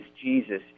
Jesus